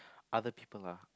other people lah